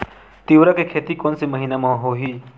तीवरा के खेती कोन से महिना म होही?